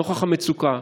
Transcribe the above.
נוכח המצוקה,